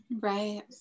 right